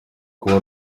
kuba